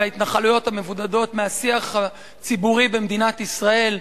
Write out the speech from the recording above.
ההתנחלויות המבודדות מהשיח הציבורי במדינת ישראל.